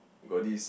got this